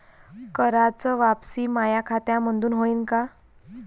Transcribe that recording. कराच वापसी माया खात्यामंधून होईन का?